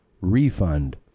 refund